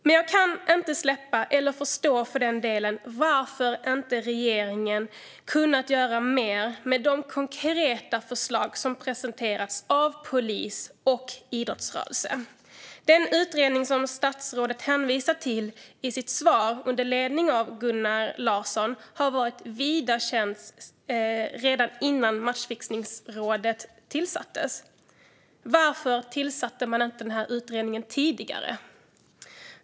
Men jag kan inte släppa eller för den delen förstå varför inte regeringen kunnat göra mer med de konkreta förslag som presenterats av polis och idrottsrörelse. Den utredning under ledning av Gunnar Larsson som statsrådet hänvisar till i sitt svar var vida känd redan innan matchfixningsrådet tillsattes. Varför tillsatte man inte utredningen tidigare?